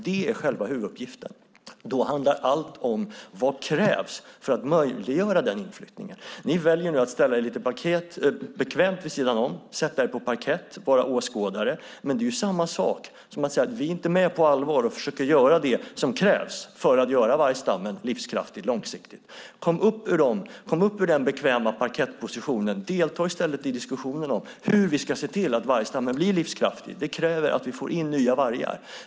Det är själva huvuduppgiften. Då handlar allt om vad som krävs för att möjliggöra den inflyttningen. Ni väljer nu att lite bekvämt ställa er vid sidan om, att sätta er på parkett och vara åskådare. Men det är samma sak som att säga: Vi är inte med på att på allvar försöka göra det som krävs för att långsiktigt göra vargstammen livskraftig. Kom upp ur den bekväma parkettpositionen! Delta i stället i diskussionen om hur vi ska se till att vargstammen blir livskraftig! Det kräver att vi får in nya vargar.